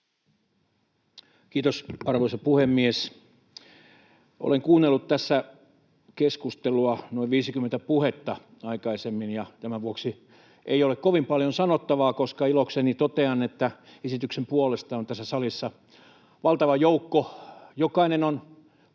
Kiitos, arvoisa puhemies! Olen kuunnellut tässä keskustelua noin viisikymmentä puhetta aikaisemmin, ja tämän vuoksi ei ole kovin paljon sanottavaa, koska ilokseni totean, että esityksen puolesta on tässä salissa valtava joukko. Jokainen on